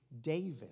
David